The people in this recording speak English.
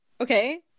okay